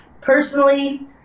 personally